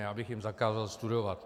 Já bych jim zakázal studovat.